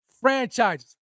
Franchises